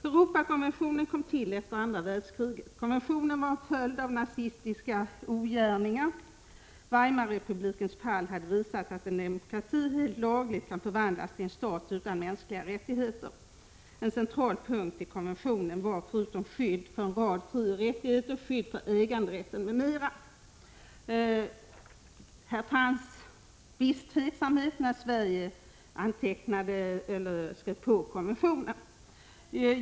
Europakonventionen kom till efter andra världskriget. Konventionen var en följd av nazistiska ogärningar. Weimarrepublikens fall hade visat att en demokrati helt lagligt kan förvandlas till en stat utan mänskliga rättigheter. En central punkt i konventionen var, förutom skydd för en rad frioch rättigheter, skydd för äganderätten m.m. Det fanns viss tveksamhet när Sverige skrev på konventionen.